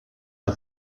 der